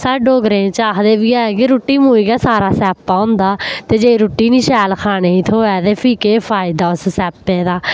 साढ़े डोगरें च आखदे बी ऐ कि रुट्टी मुजब गै सारा स्यापा होंदा ते जे रुट्टी निं शैल खाने ही थ्होऐ ते फ्ही केह् फायदा उस स्यापे दा